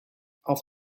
auf